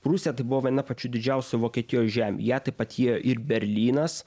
prūsija tai buvo viena pačių didžiausių vokietijos žemių į ją taip pat įėjo ir berlynas